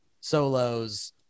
solos